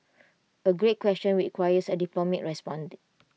A great question which requires A diplomatic response